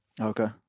Okay